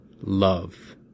Love